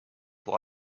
pour